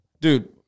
Dude